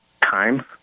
time